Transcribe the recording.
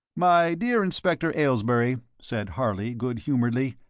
my dear inspector aylesbury, said harley, good humouredly,